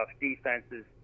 defenses